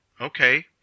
okay